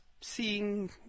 Seeing